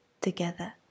together